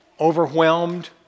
overwhelmed